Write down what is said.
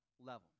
level